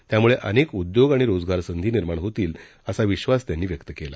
त्यामुळे अनेक उद्योग आणि रोजगारसंधी निर्माण होतील असा विश्वास त्यांनी व्यक्त केला